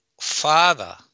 father